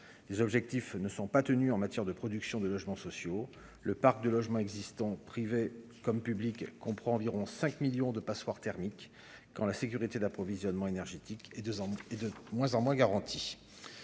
les objectifs ne sont pas tenus en matière de production de logements sociaux, le parc de logements existants, privés comme comprend environ 5 millions de passoires thermiques quand la sécurité d'approvisionnement énergétique et 2 ans et de moins en moins garanti,